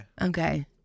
Okay